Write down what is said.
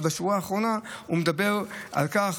אבל בשורה האחרונה הוא מדבר על כך,